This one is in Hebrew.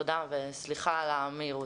תודה וסליחה על המהירות.